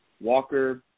Walker